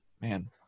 man